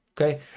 okay